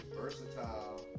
versatile